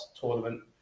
tournament